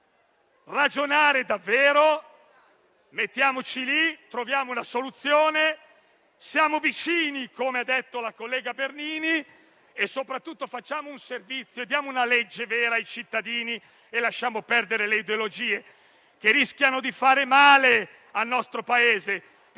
ragionare davvero. Mettiamoci lì, troviamo una soluzione, siamo vicini, come ha detto la collega Bernini, e soprattutto facciamo un servizio dando una legge vera ai cittadini e lasciamo perdere le ideologie, che rischiano di fare male al nostro Paese.